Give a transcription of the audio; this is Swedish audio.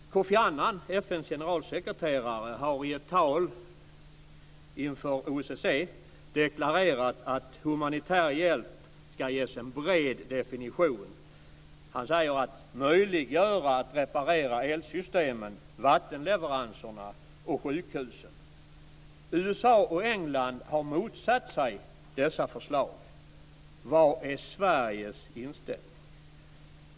Kofi Annan, FN:s generalsekreterare, har i ett tal inför OSSE deklarerat att humanitär hjälp ska ges en bred definition. Han har sagt att man ska möjliggöra reparation av elsystem, vattenleveranser och sjukhus. USA och England har motsatt sig dessa förslag. Vilken är Sveriges inställning?